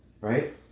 Right